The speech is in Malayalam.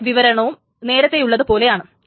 ഇതിന്റെ വിവരണവും നേരത്തെയുള്ളതു പോലെയാണ്